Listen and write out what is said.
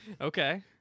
Okay